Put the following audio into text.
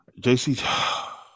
JC